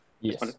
yes